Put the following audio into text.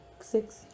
six